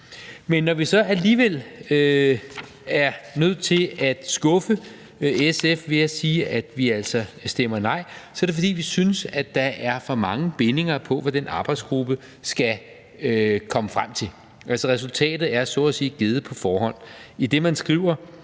Men når vi så alligevel er nødt til at skuffe SF ved at sige, at vi altså stemmer nej, så er det, fordi vi synes, at der er for mange bindinger på, hvad den arbejdsgruppe skal komme frem til. Altså, resultatet er så at sige givet på forhånd, idet man skriver: